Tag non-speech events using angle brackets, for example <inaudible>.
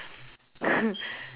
<laughs>